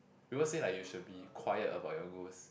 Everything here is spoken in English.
people say that you should be quiet about your goals